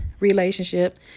relationship